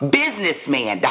businessman